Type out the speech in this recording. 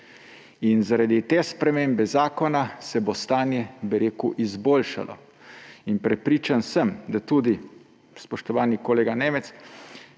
In zaradi te spremembe zakona se bo stanje izboljšalo. Prepričan sem, da tudi, spoštovani kolega Nemec,